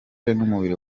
n’umubiri